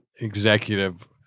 executive